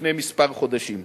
לפני כמה חודשים.